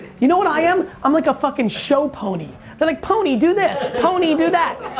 you know what i am i'm like a fucking show pony. there like pony do this pony do that